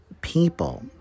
people